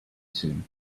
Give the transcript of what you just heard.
soon